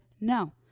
no